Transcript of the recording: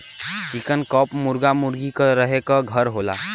चिकन coop मुरगा मुरगी क रहे क घर होला